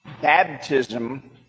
baptism